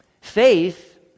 Faith